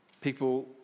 people